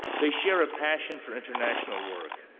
they share a passion for international work.